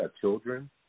children